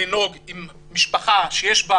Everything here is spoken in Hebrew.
לנהוג עם משפחה שיש בה